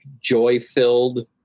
joy-filled